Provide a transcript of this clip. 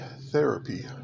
therapy